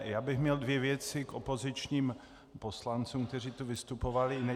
Já bych měl dvě věci k opozičním poslancům, kteří tu vystupovali.